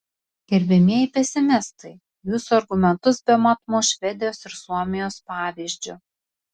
gerbiamieji pesimistai jūsų argumentus bemat muš švedijos ir suomijos pavyzdžiu